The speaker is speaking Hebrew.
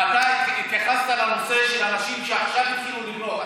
ואתה התייחסת לנושא של אנשים שעכשיו התחילו לבנות,